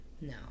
No